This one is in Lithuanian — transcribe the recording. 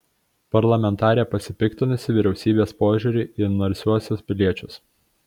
parlamentarė pasipiktinusi vyriausybės požiūriu į narsiuosius piliečius